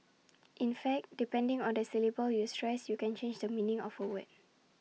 in fact depending on the syllable you stress you can change the meaning of A way